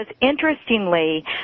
interestingly